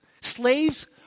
Slaves